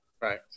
Right